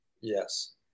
yes